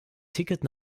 ticket